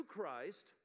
Christ